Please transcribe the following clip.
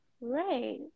Right